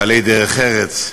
בעלי דרך ארץ,